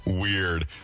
Weird